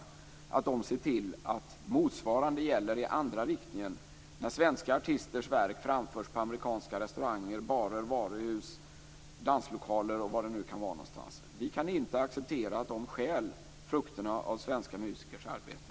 Dessa måste se till att motsvarande gäller i andra riktningen: när svenska artisters verk framförs i amerikanska restauranger, barer, varuhus, danslokaler och var det nu kan vara någonstans. Vi kan inte acceptera att de stjäl frukterna av svenska musikers arbete.